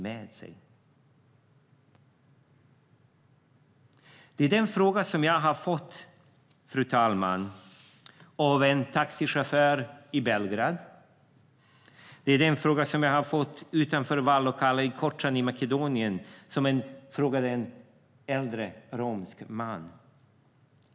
Fru talman! Det är den fråga som jag har fått av en taxichaufför i Belgrad. Det är den fråga som jag har fått utanför vallokalen i Kocani i Makedonien av en äldre romsk man.